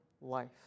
life